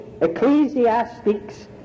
ecclesiastics